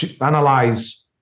analyze